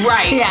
Right